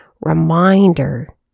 reminder